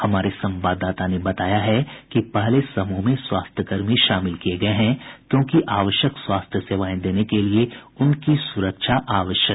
हमारे संवाददाता ने बताया है कि पहले समूह में स्वास्थ्यकर्मी शामिल किए गए हैं क्योंकि आवश्यक स्वास्थ्य सेवाएं देने के लिए उनकी सुरक्षा जरूरी है